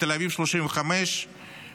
תל אביב 35 ומדד